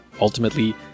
ultimately